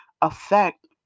affect